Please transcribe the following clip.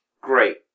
Great